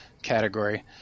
category